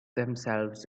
themselves